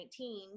2019